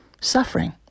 suffering